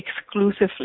exclusively